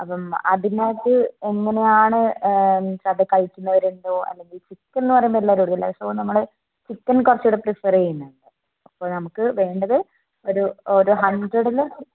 അപ്പം അദ്യമായിട്ട് എങ്ങനെയാണ് അത് കഴിക്കുന്നവരുണ്ടോ അല്ലെങ്കിൽ ചിക്കൻ എന്ന് പറയുമ്പോൾ എല്ലാവരും എടുക്കില്ലേ സോ നമ്മൾ ചിക്കൻ കുറച്ചുകൂടെ പ്രിഫർ ചെയ്യുന്നത് അപ്പോൾ നമുക്ക് വേണ്ടത് ഒരു ഒരു ഹൺഡ്രഡിൽ